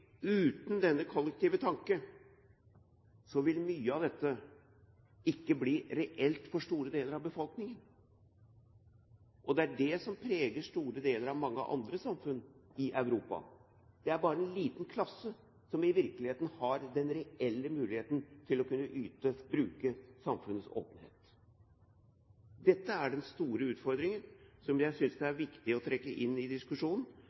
uten denne kollektive tanke vil mye av dette ikke bli reelt for store deler av befolkningen, og det er det som preger store deler av mange andre samfunn i Europa. Det er bare en liten klasse som i virkeligheten har den reelle muligheten til å kunne bruke samfunnets åpenhet. Dette er den store utfordringen, som jeg synes det er viktig å trekke inn i diskusjonen,